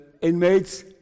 inmates